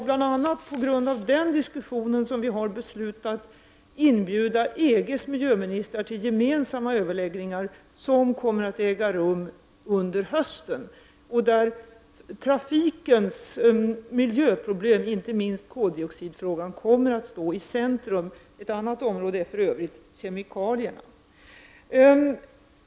Bl.a. på grund av denna diskussion beslutade vi att inbjuda EGs miljöministrar till gemensamma överläggningar. Dessa kommer att äga rum under hösten. Då kommer trafikens miljöproblem, inte minst koldioxidfrågan, att stå i centrum. Ett annat område blir för övrigt kemikalierna.